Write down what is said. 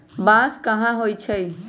बांस कहाँ होई छई